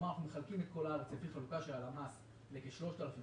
אנחנו מחלקים את כל הארץ לפי חלוקה של הלמ"ס לכ-3,000 אזורים,